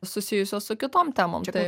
susijusios su kitom temom tai